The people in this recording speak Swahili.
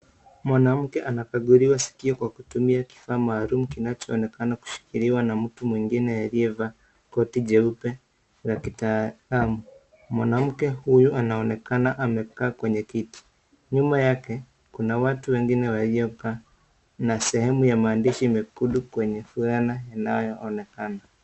Mwanamke anakaguliwa sikio kwa kutumia kifaa maalumu kinajoonekana kushikiliwa na mtu mwingine aliyeva koti jeupe za kitaalamu. Mwanamke huyu anaonekana amekaa kwenye kiti. Nyuma yake kuna watu wengine waliokaa. Na sehemu ya maandishi mekundu kwenye fulana inayoonekana.